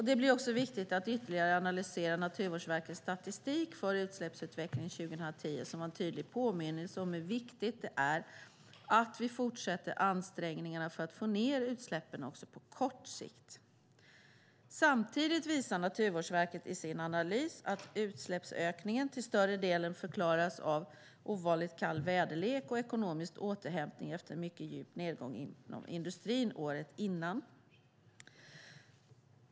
Det blir också viktigt att ytterligare analysera Naturvårdsverkets statistik för utsläppsutvecklingen 2010, som var en tydlig påminnelse om hur viktigt det är att vi fortsätter ansträngningarna för att få ned utsläppen också på kort sikt. Samtidigt visar Naturvårdsverket i sin analys att utsläppsökningen till större delen förklaras av ovanligt kall väderlek och ekonomisk återhämtning efter en mycket djup nedgång inom industrin året innan.